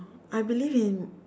I believe in